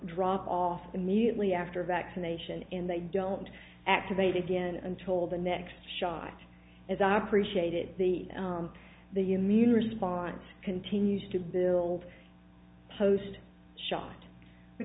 drop off immediately after vaccination in they don't activate again and told the next shot as i appreciate it the the immune response continues to build post shot